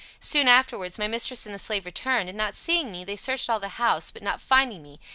soon afterwards my mistress and the slave returned, and, not seeing me, they searched all the house, but not finding me,